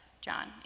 John